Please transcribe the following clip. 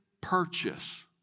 purchase